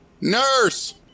Nurse